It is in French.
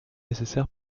nécessaire